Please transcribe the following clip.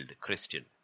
Christian